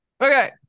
Okay